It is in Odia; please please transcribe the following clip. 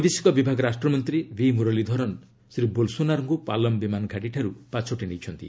ବୈଦେଶିକ ବିଭାଗ ରାଷ୍ଟ୍ରମନ୍ତ୍ରୀ ଭି ମ୍ବରଲୀଧରନ ଶ୍ରୀ ବୋଲସୋନାରୋଙ୍କ ପାଲମ ବିମାନଘାଟିଠାର୍ତ ପାଛୋଟି ନେଇଛନ୍ତି